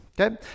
Okay